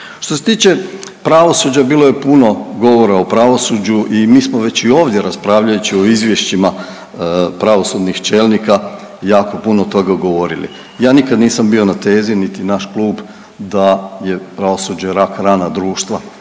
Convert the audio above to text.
Što se tiče pravosuđa bilo je puno govora o pravosuđu i mi smo već i ovdje raspravljajući o izvješćima pravosudnih čelnika jako puno toga govorili. Ja nikad nisam bio na tezi, niti naš klub da je pravosuđe rak rana društva,